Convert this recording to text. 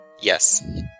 Yes